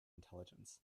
intelligence